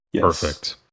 Perfect